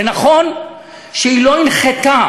זה נכון שהיא לא הנחתה